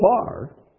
far